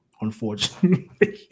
unfortunately